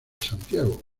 santiago